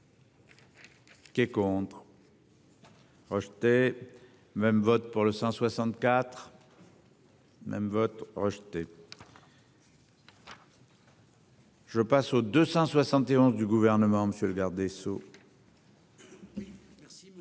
Qui est contre. Rejetée même vote pour le 164. Même vote rejeté. Je passe au 271 du gouvernement, monsieur le garde